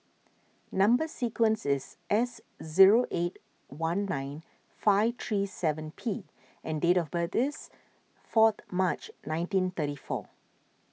Number Sequence is S zero eight one nine five three seven P and date of birth is fourth March nineteen thirty four